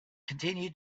continued